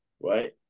right